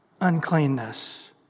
uncleanness